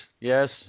yes